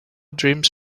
dreams